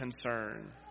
concern